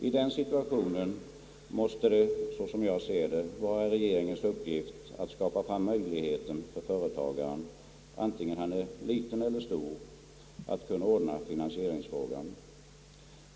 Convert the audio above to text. I den situationen måste det, såsom jag ser det, vara regeringens uppgift att skapa fram möjligheten för företagaren, antingen han är liten eller stor, att kunna ordna finansieringsfrågan.